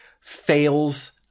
fails